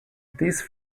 these